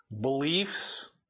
beliefs